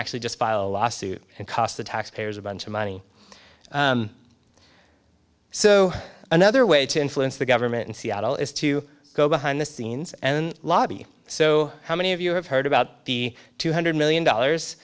actually just file a lawsuit and cost the taxpayers a bunch of money so another way to influence the government in seattle is to go behind the scenes and lobby so how many of you have heard about the two hundred million dollars